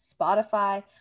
Spotify